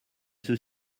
ceux